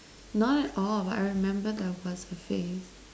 not all all but I remember there was a face